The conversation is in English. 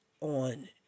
on